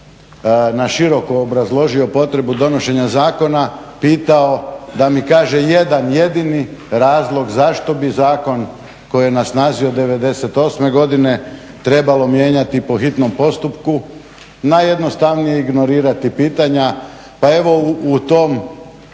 naširoko obrazložio potrebu donošenja zakona pitao da mi kaže jedan jedini razlog zašto bi zakon koji je na snazi od '98. godine trebalo mijenjati po hitnom postupku najjednostavnije ignorirati pitanja. Pa evo u tom